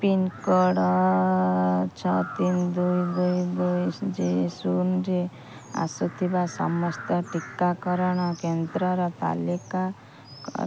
pincode ଛଅ ତିନି ଦୁଇ ଦୁଇ ଦୁଇ ଶୂନରେ ଆସୁଥିବା ସମସ୍ତ ଟିକାକରଣ କେନ୍ଦ୍ରର ତାଲିକା କର